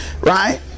Right